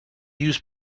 use